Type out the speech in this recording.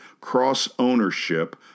cross-ownership